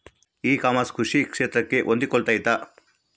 E commerce ಕೃಷಿ ಕ್ಷೇತ್ರಕ್ಕೆ ಹೊಂದಿಕೊಳ್ತೈತಾ?